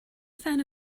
fan